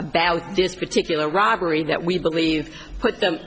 about this particular robbery that we believe put them